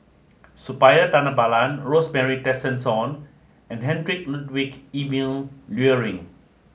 Suppiah Dhanabalan Rosemary Tessensohn and Heinrich Ludwig Emil Luering